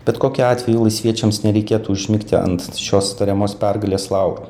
bet kokiu atveju laisviečiams nereikėtų užmigti ant šios tariamos pergalės laurų